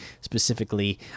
specifically